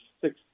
six